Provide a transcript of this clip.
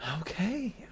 Okay